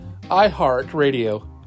iHeartRadio